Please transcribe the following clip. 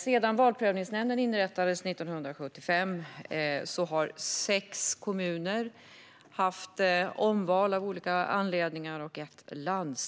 Sedan Valprövningsnämnden inrättades 1975 har sex kommuner och ett landsting haft omval av olika anledningar.